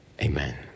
Amen